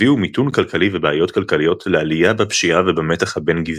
הביאו מיתון כלכלי ובעיות כלכליות לעליה בפשיעה ובמתח הבין גזעי.